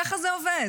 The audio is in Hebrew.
ככה זה עובד.